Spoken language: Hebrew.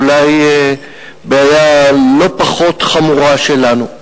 אולי בעיה לא פחות חמורה שלנו.